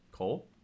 Cole